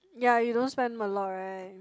ya you don't spend a lot right